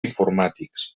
informàtics